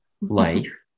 life